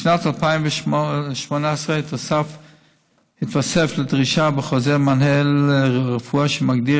בשנת 2018 התווסף כדרישה בחוזר מינהל הרפואה שמגדיר